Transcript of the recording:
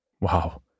Wow